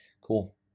Cool